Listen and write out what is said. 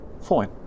Fine